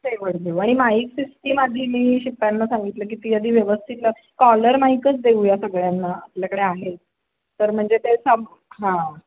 ते पण देऊ आणि माईक सिस्टीम आधी मी शिपायांना सांगितलं की ती अधी व्यवस्थित कॉलर माईकच देऊ या सगळ्यांना आपल्याकडे आहेत तर म्हणजे ते सम हां